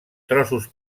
trossos